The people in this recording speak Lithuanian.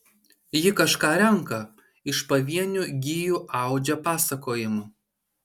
ji kažką renka iš pavienių gijų audžia pasakojimą